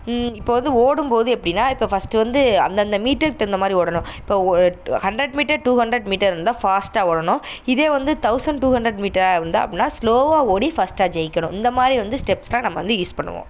இப்போது வந்து ஓடும்போது எப்படினா இப்போது ஃபஸ்ட்டு வந்து அந்தந்த மீட்டருக்கு தகுந்தமாதிரி ஓடணும் இப்போது hundred metre two hundred metre இருந்தால் ஃபாஸ்டாக ஓடணும் இதே வந்து தௌசண்ட் டூ ஹண்ரட் மீட்டராக இருந்தால் அப்படின்னா ஸ்லோவாக ஓடி ஃபஸ்ட்டாக ஜெயிக்கணும் இந்தமாதிரி வந்து ஸ்டெப்ஸ் தான் நம்ம வந்து யூஸ் பண்ணுவோம்